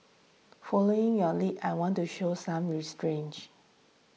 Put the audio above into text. following your lead I want to show some re strange